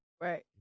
Right